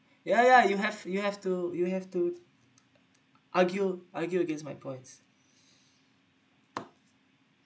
yeah yeah you have you have to you have to argue argue against my points